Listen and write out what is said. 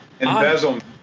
Embezzlement